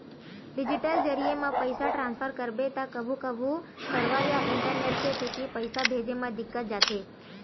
digital जरिए म पइसा ट्रांसफर करबे त कभू कभू सरवर या इंटरनेट के सेती पइसा भेजे म दिक्कत जाथे